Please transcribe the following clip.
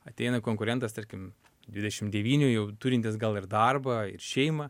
ateina konkurentas tarkim dvidešim devynių jau turintis gal ir darbą ir šeimą